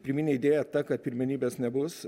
pirminė idėja ta kad pirmenybės nebus